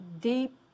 deep